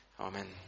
Amen